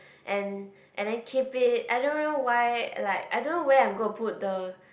and and then keep it I don't even know why like I don't know where I'm gonna put the